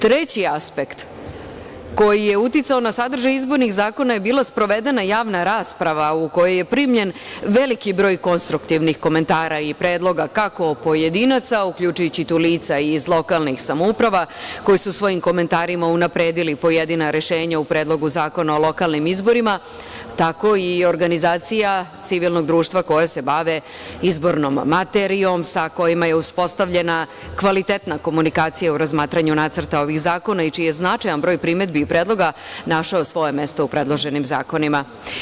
Treći aspekt koji je uticao na sadržaj izbornih zakona je bila sprovedena javna rasprava, u kojoj je primljen veliki broj konstruktivnih komentara i predloga, kako pojedinaca, uključujući tu i lica iz lokalnih samouprava, koji su svojim komentarima unapredili pojedina rešenja u Predlogu zakona u lokalnim izborima, tako i organizacija civilnog društva koja se bave izbornom materijom, sa kojima se uspostavljena kvalitetna komunikacija u razmatranju nacrta ovih zakona i čiji je značajan broj primedbi i predloga našao svoje mesto u predloženim zakonima.